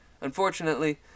Unfortunately